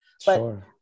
Sure